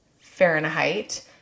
Fahrenheit